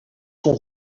kon